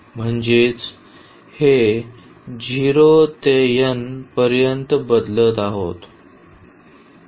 म्हणजेच हे 0 ते n पर्यंत बदलत आहे